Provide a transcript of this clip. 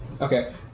Okay